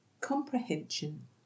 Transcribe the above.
comprehension